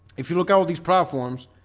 if you look at all these platforms,